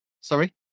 Sorry